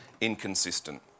inconsistent